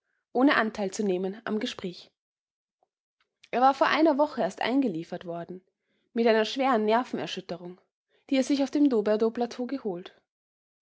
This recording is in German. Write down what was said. ohne anteil zu nehmen am gespräch er war vor einer woche erst eingeliefert worden mit einer schweren nervenerschütterung die er sich auf dem doberdo plateau geholt